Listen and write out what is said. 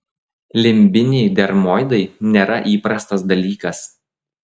limbiniai dermoidai nėra įprastas dalykas